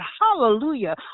Hallelujah